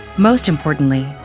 most importantly,